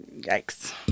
Yikes